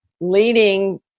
leading